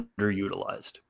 underutilized